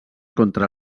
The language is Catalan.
contra